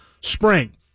spring